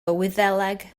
wyddeleg